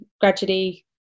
gradually